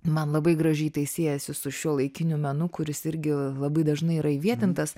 man labai gražiai tai siejasi su šiuolaikiniu menu kuris irgi labai dažnai yra įvietintas